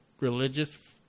religious